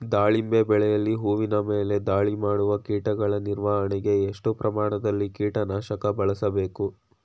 ದಾಳಿಂಬೆ ಬೆಳೆಯಲ್ಲಿ ಹೂವಿನ ಮೇಲೆ ದಾಳಿ ಮಾಡುವ ಕೀಟಗಳ ನಿರ್ವಹಣೆಗೆ, ಎಷ್ಟು ಪ್ರಮಾಣದಲ್ಲಿ ಕೀಟ ನಾಶಕ ಬಳಸಬೇಕು?